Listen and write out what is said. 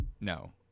no